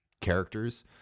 characters